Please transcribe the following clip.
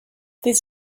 this